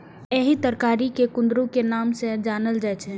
एहि तरकारी कें कुंदरू के नाम सं जानल जाइ छै